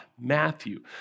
Matthew